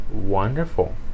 Wonderful